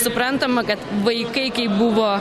suprantama kad vaikai buvo